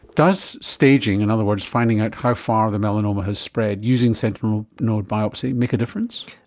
does staging, in other words finding out how far the melanoma has spread using sentinel node biopsy, make a difference?